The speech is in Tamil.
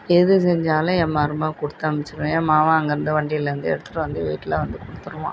எது செஞ்சாலும் என் மருமக கொடுத்து அனுப்பிச்சிரும் என் மகன் அங்கிருந்து வண்டியிலேருந்து எடுத்துகிட்டு வந்து வீட்டில் வந்து கொடுத்துருவான்